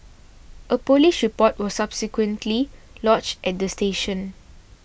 a police report was subsequently lodged at the station